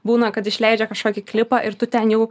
būna kad išleidžia kažkokį klipą ir tu ten jau